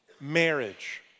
marriage